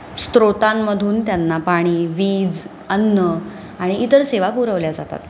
स्त्रोतांमधून त्यांना पाणी वीज अन्न आणि इतर सेवा पुरवल्या जातात